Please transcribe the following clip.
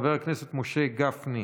חבר הכנסת משה גפני,